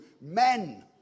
men